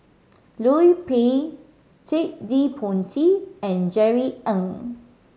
Liu Peihe Ted De Ponti and Jerry Ng